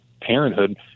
Parenthood